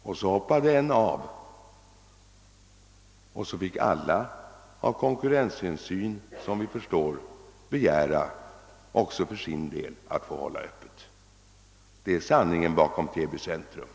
Men så hoppade en av, och då fick alla av konkurrensskäl begära att få hålla öppet. Det är sanningen bakom Täby centrum.